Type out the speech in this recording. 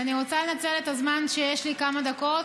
ואני רוצה לנצל את הזמן שיש לי, כמה דקות,